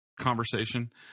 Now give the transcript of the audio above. conversation